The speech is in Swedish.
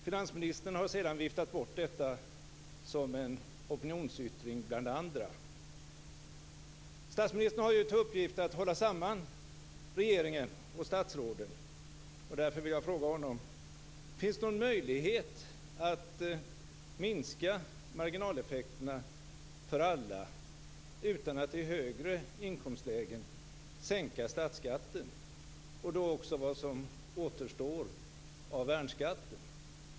Finansministern har sedan viftat bort detta som en opinionsyttring bland andra. Finns det någon möjlighet att minska marginaleffekterna för alla utan att i högre inkomstlägen sänka statsskatten och det som återstår av värnskatten?